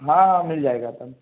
ہاں ہاں مل جائے گا تب